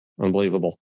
Unbelievable